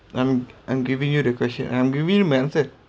I'm I'm giving you the question I'm giving you my answer